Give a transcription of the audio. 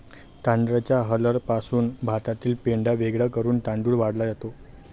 तांदळाच्या हलरपासून भातातील पेंढा वेगळा करून तांदूळ काढला जातो